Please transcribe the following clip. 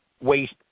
waste